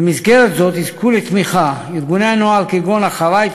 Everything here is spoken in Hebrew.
במסגרת זאת יזכו לתמיכה ארגוני נוער כגון "אחריי!",